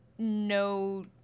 no